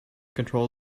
control